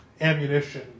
ammunition